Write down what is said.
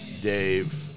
Dave